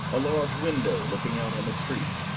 a large window looking out on the street.